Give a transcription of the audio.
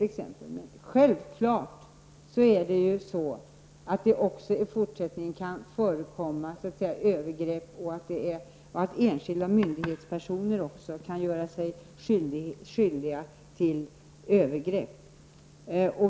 Men självfallet kan det också i fortsättningen förekomma övergrepp, och även enskilda myndighetspersoner kan göra sig skyldiga till övergepp.